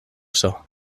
sill